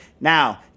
Now